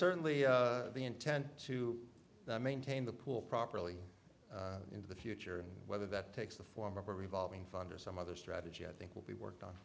certainly the intent to maintain the pool properly into the future and whether that takes the form of a revolving funder some other strategy i think will be worked on